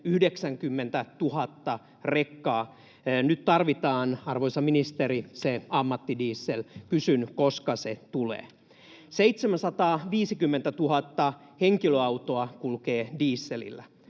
90 000 rekkaa. Nyt tarvitaan, arvoisa ministeri, se ammattidiesel. Kysyn: koska se tulee? 750 000 henkilöautoa kulkee dieselillä.